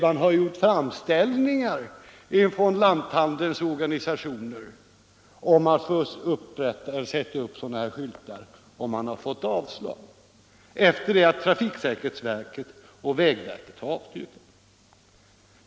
Lanthandelns organisationer har gjort framställningar om att få sätta upp anvisningsskyltar och har fått avslag sedan trafiksäkerhetsverket och vägverket avstyrkt.